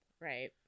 right